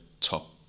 top